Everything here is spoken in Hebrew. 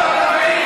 לאומי או